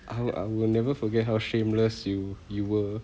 I will I will never forget how shameless you you were